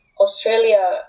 Australia